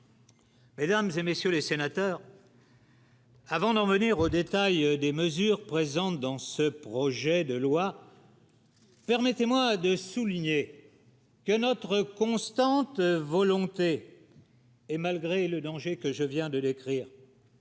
Mesdames et messieurs les sénateurs. Avant d'emmener au détail des mesures présente dans ce projet de loi, permettez-moi de souligner que notre constante volonté. Et, malgré le danger que je viens de l'écrire.